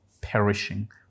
perishing